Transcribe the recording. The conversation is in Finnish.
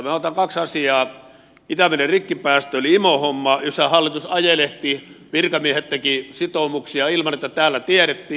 itämeren rikkipäästö eli imo homma jossa hallitus ajelehti virkamiehet tekivät sitoumuksia ilman että täällä tiedettiin